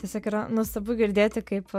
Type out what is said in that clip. tiesiog yra nuostabu girdėti kaip